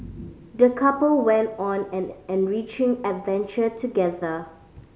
the couple went on an enriching adventure together